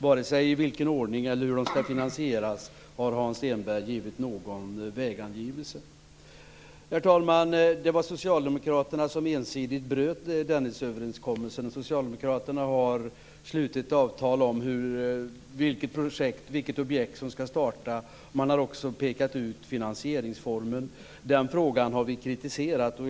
Varken när det gäller i vilken ordning de skall lösas eller hur de skall finansieras har Herr talman! Det var Socialdemokraterna som ensidigt bröt Dennisöverenskommelsen. Socialdemokraterna har slutit avtal om vilket objekt som skall starta. Man har också pekat ut finansieringsformen. Där har vi varit kritiska.